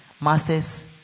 Masters